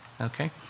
Okay